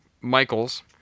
Michael's